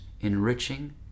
enriching